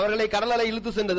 அவர்களை கடல் அலை இழுத்துச் சென்றது